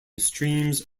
streams